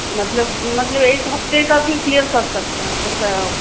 मतलब मतलब एक हफ्ते का भी क्लियर कर सकते हैं ऐसा